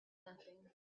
nothing